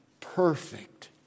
perfect